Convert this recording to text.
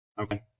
Okay